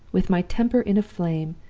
with my temper in a flame,